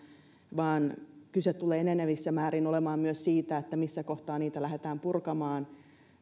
vaan kyse tulee enenevissä määrin olemaan myös siitä missä kohtaa niitä lähdetään purkamaan